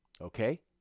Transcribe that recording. Okay